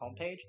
homepage